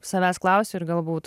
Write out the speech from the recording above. savęs klausiu ir galbūt